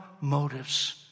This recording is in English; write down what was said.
motives